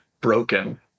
broken